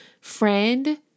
friend